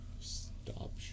Stop